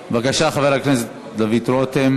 החוקה, חוק ומשפט.